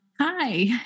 hi